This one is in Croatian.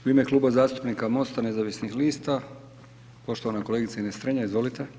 U ime Kluba zastupnika MOST-a nezavisnih lista poštovana kolegica Ines Strenja, izvolite.